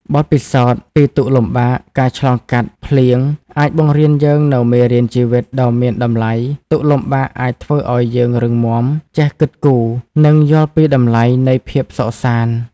បទពិសោធន៍ពីទុក្ខលំបាក ការឆ្លងកាត់ "ភ្លៀង" អាចបង្រៀនយើងនូវ មេរៀនជីវិត ដ៏មានតម្លៃ ទុក្ខលំបាកអាចធ្វើឲ្យយើងរឹងមាំ ចេះគិតគូរ និងយល់ពីតម្លៃនៃភាពសុខសាន្ត។